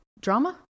drama